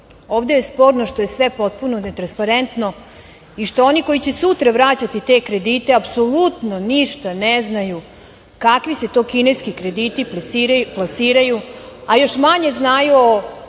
ovde je sporno što je sve potpuno netransparentno i što oni koji će sutra vraćati te kredite apsolutno ništa ne znaju kakvi se to kineski krediti plasiraju, a još manje znaju o